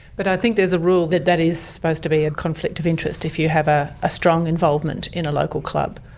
but i think there's a rule that that is supposed to be a conflict of interest, if you have a a strong involvement in a local club.